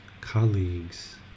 colleagues